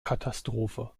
katastrophe